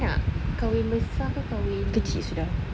kau nak kahwin ke kahwin